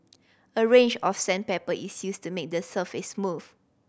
a range of sandpaper is used to make the surface smooth